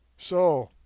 so,